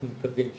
אנחנו מקווים שכן.